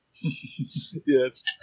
yes